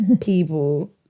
people